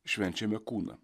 švenčiame kūną